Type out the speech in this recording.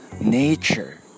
nature